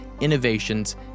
innovations